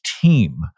team